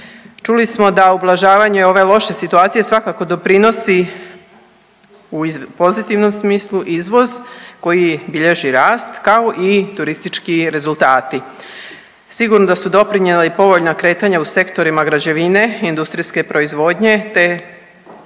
Čuli smo da ublažavanju ove loše situacije svakako doprinosu u pozitivnom smislu izvoz koji bilježi rast, kao i turistički rezultati. Sigurno da su doprinijeli povoljna kretanja u sektorima građevine, industrijske proizvodnje te